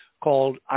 called